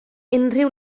unrhyw